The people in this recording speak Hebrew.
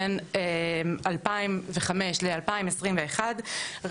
בין 2005 ל 2021,